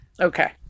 okay